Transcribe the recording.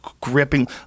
gripping